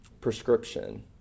prescription